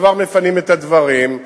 כבר מפנים את הדברים,